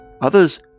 Others